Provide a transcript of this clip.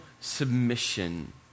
submission